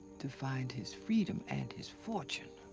to find his freedom and his fortune